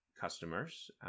customers